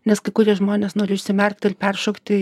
nes kai kurie žmonės nori užsimerkt ir peršokti